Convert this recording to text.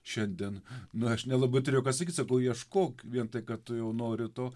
šiandien na aš nelabai turėjau ką atsakyt sakau ieškok vien tai kad tu jau nori to